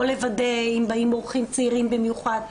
או לוודא אם באים אורחים צעירים במיוחד,